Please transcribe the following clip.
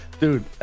Dude